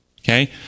Okay